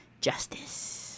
Justice